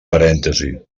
parèntesi